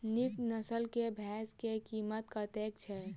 नीक नस्ल केँ भैंस केँ कीमत कतेक छै?